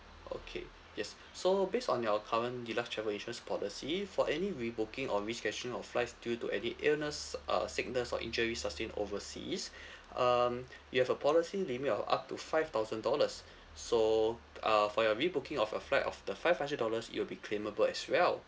okay yes so based on your current deluxe travel insurance policy for any re-booking or rescheduling of flights due to any illness uh sickness or injury sustained overseas um you have a policy limit of up to five thousand dollars so uh for your re-booking of your flight of the five hundred dollars it will be claimable as well